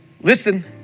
listen